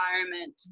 environment